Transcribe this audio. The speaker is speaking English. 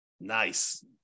Nice